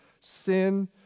sin